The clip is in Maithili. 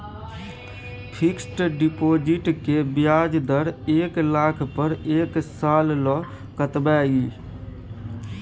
फिक्सड डिपॉजिट के ब्याज दर एक लाख पर एक साल ल कतबा इ?